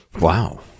Wow